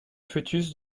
fœtus